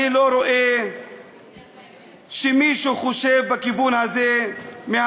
אני לא רואה שמישהו מהממשלה חושב בכיוון הזה.